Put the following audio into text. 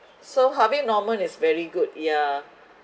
so harvey norman is very good yeah